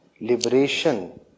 liberation